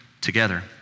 together